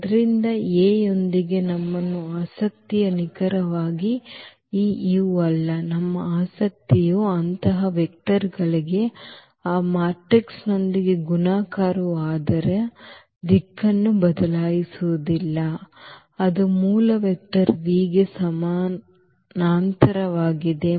ಆದ್ದರಿಂದ ಈ A ಯೊಂದಿಗೆ ನಮ್ಮ ಆಸಕ್ತಿಯು ನಿಖರವಾಗಿ ಈ u ಅಲ್ಲ ನಮ್ಮ ಆಸಕ್ತಿಯು ಅಂತಹ ವೆಕ್ಟರ್ಗಳಿಗೆ ಆ ಮ್ಯಾಟ್ರಿಕ್ಸ್ನೊಂದಿಗೆ ಗುಣಾಕಾರವು ಅದರ ದಿಕ್ಕನ್ನು ಬದಲಾಯಿಸುವುದಿಲ್ಲ ಅದು ಮೂಲ ವೆಕ್ಟರ್ v ಗೆ ಸಮಾನಾಂತರವಾಗಿದೆ